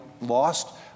lost